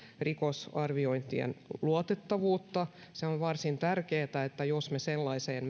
rikosarviointien luotettavuutta on varsin tärkeätä että jos me sellaiseen